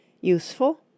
useful